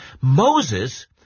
Moses